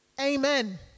Amen